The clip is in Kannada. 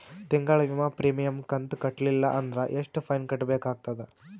ತಿಂಗಳ ವಿಮಾ ಪ್ರೀಮಿಯಂ ಕಂತ ಕಟ್ಟಲಿಲ್ಲ ಅಂದ್ರ ಎಷ್ಟ ಫೈನ ಕಟ್ಟಬೇಕಾಗತದ?